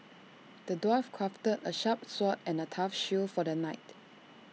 the dwarf crafted A sharp sword and A tough shield for the knight